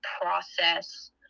process